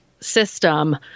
system